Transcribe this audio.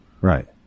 Right